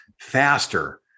faster